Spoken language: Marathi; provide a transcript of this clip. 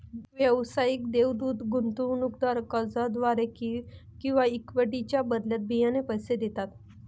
व्यावसायिक देवदूत गुंतवणूकदार कर्जाद्वारे किंवा इक्विटीच्या बदल्यात बियाणे पैसे देतात